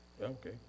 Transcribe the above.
okay